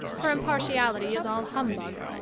her impartiality is all humbug.